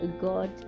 god